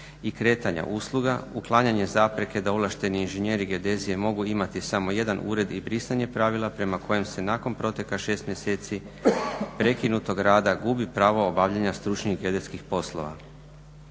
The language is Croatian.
i kretanja usluga, uklanjanje zapreke da ovlašteni inženjeri geodezije mogu imati samo jedan ured i brisanje pravila prema kojem se nakon proteka 6 mjeseci prekinutog rada gubi pravo obavljanja stručnih geodetskih poslova.